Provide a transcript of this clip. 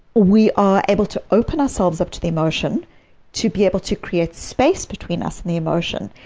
we are able to open ourselves up to the emotion to be able to create space between us and the emotion,